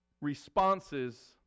responses